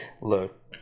look